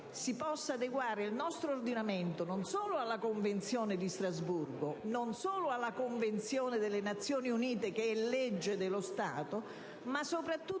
si possa adeguare il nostro ordinamento, non solo alla Convenzione di Strasburgo, non solo alla Convenzione delle Nazioni Unite, che è legge dello Stato, ma soprattutto